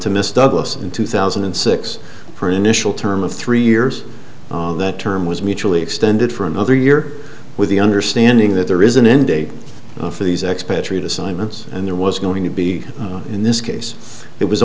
to miss douglas in two thousand and six for an initial term of three years that term was mutually extended for another year with the understanding that there is an end date for these expatriate assignments and there was going to be in this case yes it was